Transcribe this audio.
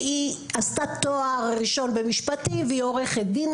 היא עשתה תואר ראשון במשפטים והיום היא עורכת דין,